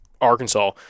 Arkansas